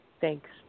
Thanks